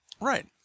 Right